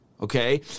okay